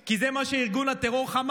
כי אני באמת מאמין שאפשר לחיות